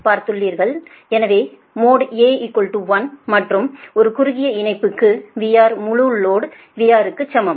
பார்த்தீர்கள் எனவே mode A 1 மற்றும் ஒரு குறுகிய இணைப்புக்கு VR முழு லோடு VR க்கு சமம்